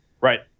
Right